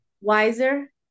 wiser